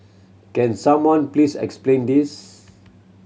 can someone please explain this